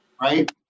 Right